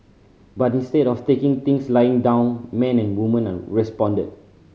but instead of taking things lying down men and woman responded